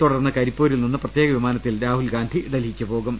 തുടർന്ന് കരിപ്പൂരിൽ നിന്ന് പ്രത്യേക വിമാന ത്തിൽ രാഹുൽ ഗാന്ധി ഡൽഹിക്ക് പോകും